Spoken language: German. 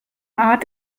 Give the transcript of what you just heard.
art